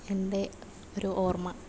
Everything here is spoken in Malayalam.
എൻ്റെ ഒരു ഓർമ്മ